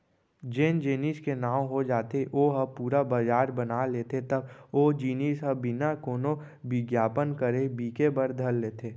जेन जेनिस के नांव हो जाथे ओ ह पुरा बजार बना लेथे तब ओ जिनिस ह बिना कोनो बिग्यापन करे बिके बर धर लेथे